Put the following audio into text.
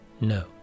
No